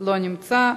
לא נמצא.